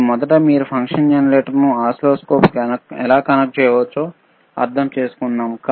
కాని మొదట మీరు ఫంక్షన్ జనరేటర్నును ఓసిల్లోస్కోప్కు ఎలా కనెక్ట్ చేయవచ్చో అర్థం చేసుకుందాం